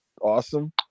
awesome